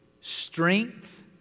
strength